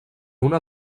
una